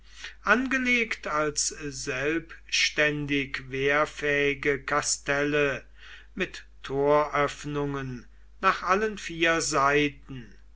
angelegt als selbständig wehrfähige kastelle mit toröffnungen nach allen vier seiten